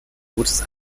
gutes